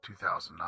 2009